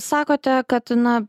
sakote kad na